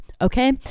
Okay